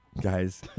Guys